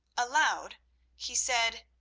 aloud he said,